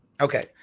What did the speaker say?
Okay